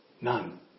None